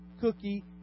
cookie